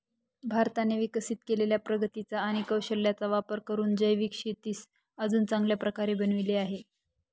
भारताने विकसित केलेल्या प्रगतीचा आणि कौशल्याचा वापर करून जैविक शेतीस अजून चांगल्या प्रकारे बनवले आहे